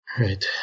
right